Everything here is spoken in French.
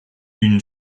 une